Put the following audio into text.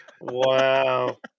Wow